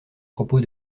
propos